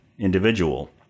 individual